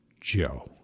Joe